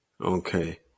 Okay